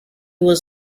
was